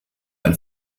ein